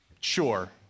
Sure